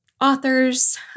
authors